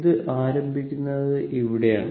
ഇത് ആരംഭിക്കുന്നത് ഇവിടെയാണ്